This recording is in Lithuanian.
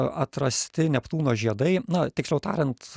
atrasti neptūno žiedai na tiksliau tariant